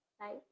Right